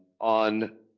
on